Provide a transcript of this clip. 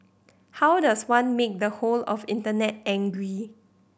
how does one make the whole of Internet angry